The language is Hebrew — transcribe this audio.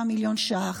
27 מיליון ש"ח,